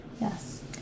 Yes